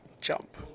jump